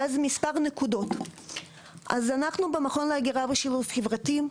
אנחנו במכון להגירה ושילוב חברתי,